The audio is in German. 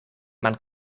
man